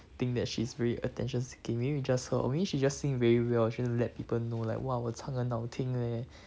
think that she's very attention seeking maybe it's just her or maybe she just sing very well she want let people know like !wah! 我唱歌很好听 leh